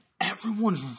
Everyone's